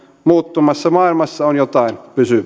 muuttuvassa maailmassa on jotain